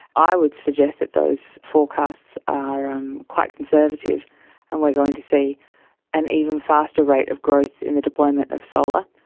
i would suggest that those forecasts are um quite conservative and we're going to see an even faster rate of growth in the deployment of solar,